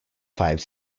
five